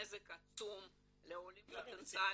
נזק עצום לעולים פוטנציאלים.